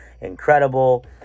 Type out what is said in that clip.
Incredible